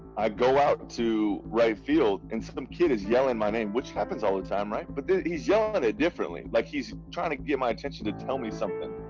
i go out to right field, and some kid is yelling my name, which happens all the time, right? but then he's yelling but it differently like, he's trying to get my attention to tell me something.